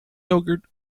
yogurt